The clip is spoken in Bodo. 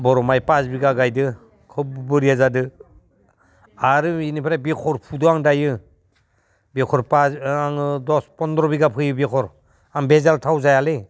बर' माइ फास बिगा गायदों खुब बरिया जादों आरो बेनिफ्राय बेसर फुदो आं दायो बेसर फास आङो दस फन्द्र' बिगा फोयो बेसर आं बेजाल थाव जायालै